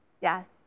Yes